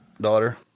Daughter